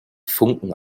funken